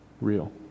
Real